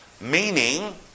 Meaning